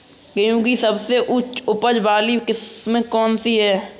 गेहूँ की सबसे उच्च उपज बाली किस्म कौनसी है?